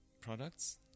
products